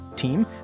team